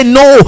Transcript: no